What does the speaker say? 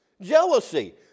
Jealousy